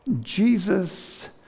Jesus